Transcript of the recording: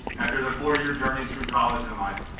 after their four-year journeys through college and life